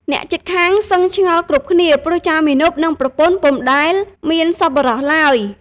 អ្នកជិតខាងសឹងឆ្ងល់គ្រប់គ្នា ព្រោះចៅមាណព និងប្រពន្ធពុំដែលមានសប្បុរសឡើយ។